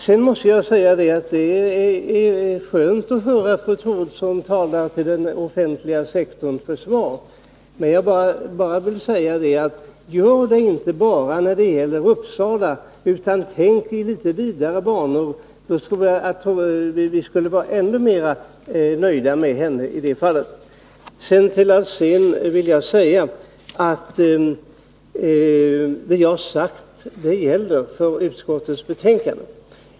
Sedan måste jag säga att det är skönt att höra fru Troedsson tala till den offentliga sektorns försvar. Jag vill bara säga: Gör det inte bara när det gäller Uppsala! Tänk i litet vidare banor! Då tror jag att vi skulle vara ännu mera nöjda med fru Troedsson. Till Hans Alsén vill jag säga att det jag har sagt gäller för utskottets betänkande.